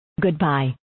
Goodbye